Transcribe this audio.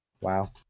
Wow